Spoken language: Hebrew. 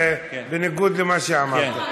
זה בניגוד למה שאמרת.